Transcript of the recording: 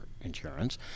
insurance